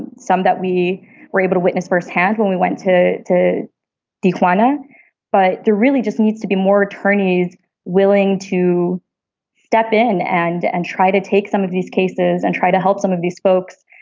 and some that we were able to witness firsthand when we went to the decline ah but there really just needs to be more attorneys willing to step in and and try to take some of these cases and try to help some of these folks,